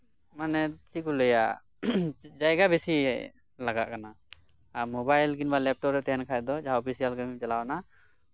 ᱢᱟᱱᱮ ᱪᱮᱫ ᱠᱚ ᱞᱟᱹᱭᱟ ᱡᱟᱭᱜᱟ ᱵᱤᱥᱤ ᱞᱟᱜᱟᱜ ᱠᱟᱱᱟ ᱟᱨ ᱢᱳᱵᱟᱭᱤᱞ ᱠᱤᱝᱵᱟ ᱞᱮᱯᱴᱚᱯ ᱛᱟᱦᱮᱱ ᱠᱷᱟᱡ ᱫᱚ ᱡᱟᱦᱟᱸ ᱚᱯᱷᱤᱥᱤᱭᱟᱞ ᱠᱟ ᱢᱤᱢ ᱪᱟᱞᱟᱣᱱᱟ